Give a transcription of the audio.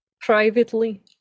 privately